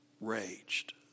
raged